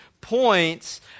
points